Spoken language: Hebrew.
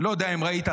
לא יודע אם ראית,